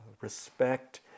respect